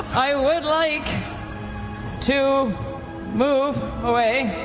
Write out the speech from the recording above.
i would like to move away.